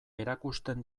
erakusten